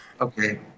Okay